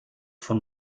von